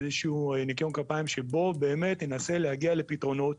איזה שהוא ניקיון כפיים שפה באמת ינסה להגיע לפתרונות,